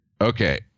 okay